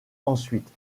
ensuite